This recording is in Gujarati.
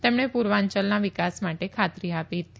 તેમણે પુર્વાચલના વિકાસ માટે ખાતરી આપી હતી